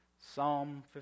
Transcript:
Psalm